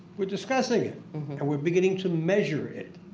we're discussing it and we're beginning to measure it.